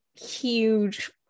huge